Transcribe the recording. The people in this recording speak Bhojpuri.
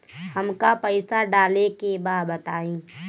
हमका पइसा डाले के बा बताई